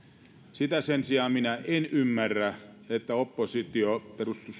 sitä minä sen sijaan en ymmärrä että oppositio